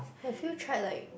have you tried like